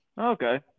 okay